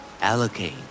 allocate